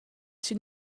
chi